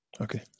Okay